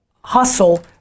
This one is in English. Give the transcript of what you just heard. hustle